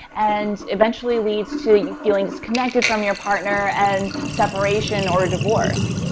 and eventually leads to you feeling disconnected from your partner and separation or a divorce?